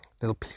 Little